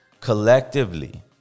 collectively